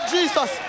Jesus